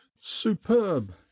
Superb